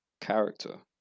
character